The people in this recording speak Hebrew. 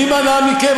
מי מנע מכם?